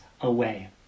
away